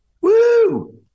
Woo